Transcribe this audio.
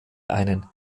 einen